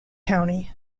county